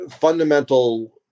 fundamental